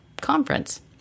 conference